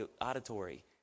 auditory